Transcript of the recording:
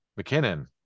McKinnon